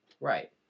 Right